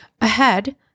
ahead